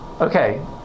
Okay